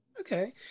Okay